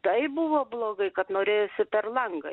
taip buvo blogai kad norėjosi per langą